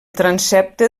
transsepte